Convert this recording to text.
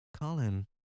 Colin